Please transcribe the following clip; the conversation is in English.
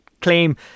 claim